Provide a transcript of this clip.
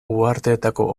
uharteetako